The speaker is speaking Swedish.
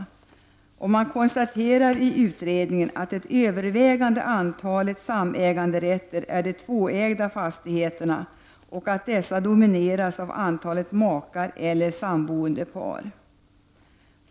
I utredningen konstateras att det övervägande antalet samäganderätter är de tvåägda fastigheterna och att ägandet av dessa domineras av makar eller samboendepar.